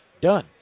Done